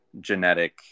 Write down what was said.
genetic